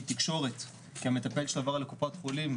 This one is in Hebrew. תקשורת כי המטפל שלו עבר לקופת חולים,